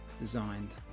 designed